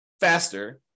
faster